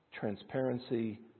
transparency